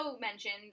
mentioned